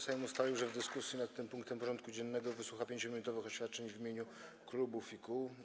Sejm ustalił, że w dyskusji nad tym punktem porządku dziennego wysłucha 5-minutowych oświadczeń w imieniu klubów i kół.